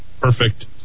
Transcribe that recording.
perfect